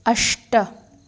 अष्ट